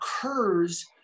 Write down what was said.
occurs